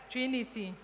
Trinity